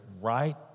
right